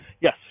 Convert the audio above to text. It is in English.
yes